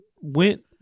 went